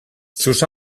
sus